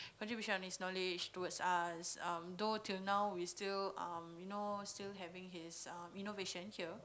contribution of his knowledge towards us um though till now we still um you know still having his err innovation here